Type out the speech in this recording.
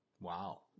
Wow